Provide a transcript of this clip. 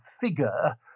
figure